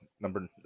number